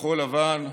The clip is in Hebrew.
כחול לבן,